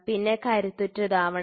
പിന്നെ കരുത്തുറ്റതാവണം